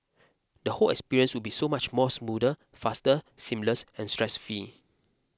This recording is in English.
the whole experience would be so much more smoother faster seamless and stress fee